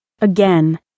Again